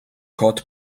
cod